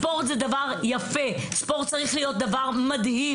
ספורט זה דבר יפה, ספורט צריך להיות דבר מדהים.